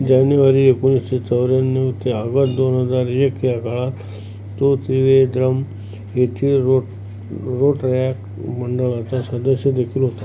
जानेवारी एकोणीसशे चौऱ्याण्णव ते ऑगस्ट दोन हजार एक या काळात तो त्रिवेद्रम येथील रो रोटरॅक मंडळाचा सदस्यदेखील होता